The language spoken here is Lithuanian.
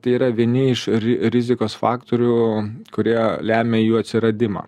tai yra vieni iš rizikos faktorių kurie lemia jų atsiradimą